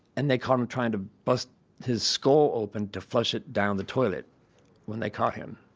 and they caught him trying to bust his skull open to flush it down the toilet when they caught him.